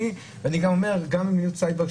אני גם אומר על מדיניות סייבר,